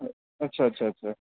اچھا اچھا اچھا